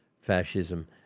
fascism